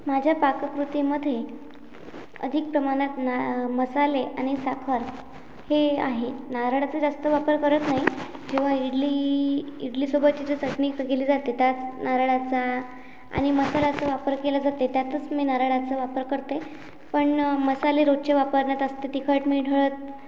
माझ्या पाककृतीमध्ये अधिक प्रमाणात ना मसाले आणि साखर हे आहे नारळाचं जास्त वापर करत नाही जेव्हा इडली इडलीसोबतची जे चटणी केली जाते त्याच नारळाचा आणि मसाल्याचा वापर केला जाते त्यातच मी नारळाचा वापर करते पण मसाले रोजचे वापरण्यात असते तिखट मीठ हळद